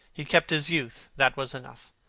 he kept his youth that was enough.